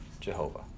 Jehovah